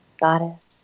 goddess